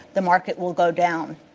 the market will go down.